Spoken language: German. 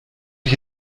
ich